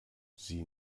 sie